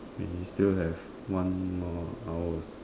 we still have one more hour